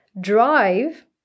drive